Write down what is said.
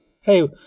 hey